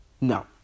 No